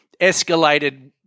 escalated